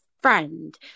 friend